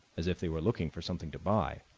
as if they were looking for something to buy,